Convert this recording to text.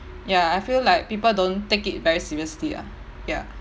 ya I feel like people don't take it very seriously ah ya